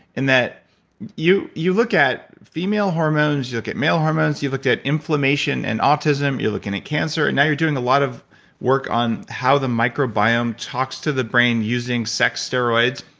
in that you you look at female hormones. you look at male hormones. you've looked at inflammation, and autism. you're looking at cancer. and now you're doing a lot of work on how the microbiome talks to the brain using sex steroids.